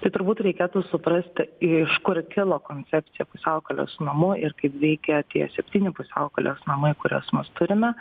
tai turbūt reikėtų suprasti iš kur kilo koncepcija pusiaukelės namų ir kaip veikia tie septyni pusiaukelės namai kuriuos mes turime